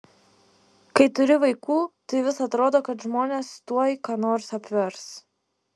kai turi vaikų tai vis atrodo kad žmonės tuoj ką nors apvers